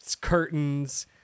curtains